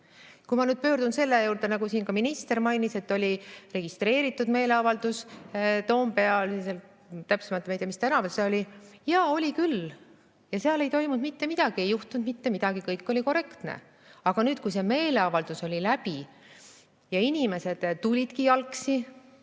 tee. Kui ma nüüd pöördun selle juurde, nagu siin ka minister mainis, et oli registreeritud meeleavaldus Toompeal, täpsemalt ma ei tea, mis tänaval see oli. Jaa, oli küll ja seal ei toimunud mitte midagi, ei juhtunud mitte midagi, kõik oli korrektne. Aga nüüd, kui see meeleavaldus oli läbi ja inimesed tulid jalgsi